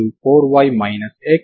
మీరు T ∞ux